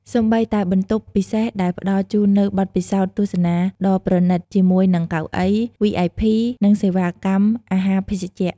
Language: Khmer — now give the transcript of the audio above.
សូម្បីតែបន្ទប់ ពិសេស ដែលផ្តល់ជូននូវបទពិសោធន៍ទស្សនាដ៏ប្រណិតជាមួយនឹងកៅអី វីអៃភី និងសេវាកម្មអាហារភេសជ្ជៈ។